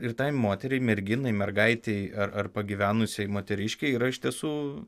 ir tai moteriai merginai mergaitei ar ar pagyvenusiai moteriškei yra iš tiesų